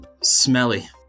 smelly